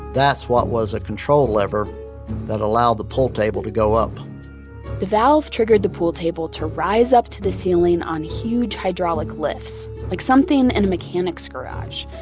that's what was a control lever that allowed the pool table to go up the valve triggered the pool table to rise up to the ceiling on huge hydraulic lifts, like something in a mechanic's garage,